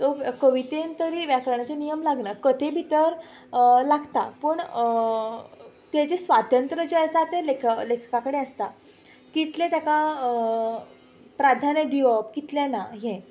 कवितेन तरी व्याकरणाचे नियम लागनात कथे भितर लागता पूण तेजें स्वातंत्र्य जें आसा तें ले लेखका कडेन आसता कितले तेका प्राधान्य दिवप कितलें ना हें